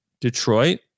Detroit